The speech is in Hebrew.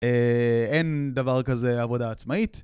אין דבר כזה עבודה עצמאית.